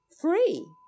free